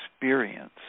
experience